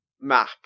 map